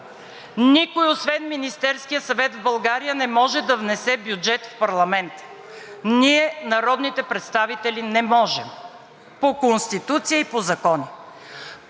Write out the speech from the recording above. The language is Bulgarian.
никой освен Министерският съвет в България, не може да внесе бюджет в парламента. Ние, народните представители, не можем по Конституция и по закони.